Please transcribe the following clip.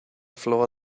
floor